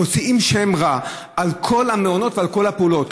מוציאים שם רע לכל המעונות ולכל הפעולות.